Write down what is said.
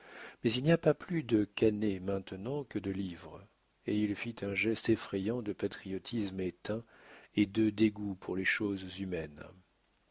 mais il n'y a pas plus de cane maintenant que de livre et il fit un geste effrayant de patriotisme éteint et de dégoût pour les choses humaines